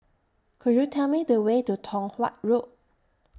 Could YOU Tell Me The Way to Tong Watt Road